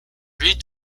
reed